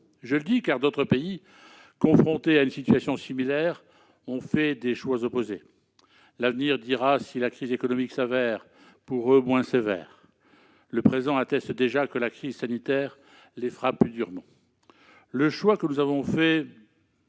Je le dis, car d'autres pays, confrontés à une situation similaire, ont fait des choix opposés. L'avenir dira si la crise économique se révèle pour eux moins sévère. Le présent atteste déjà que la crise sanitaire les frappe plus durement. Le choix que nous avons fait